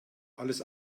alles